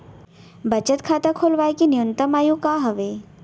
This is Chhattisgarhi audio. बचत खाता खोलवाय के न्यूनतम आयु का हवे?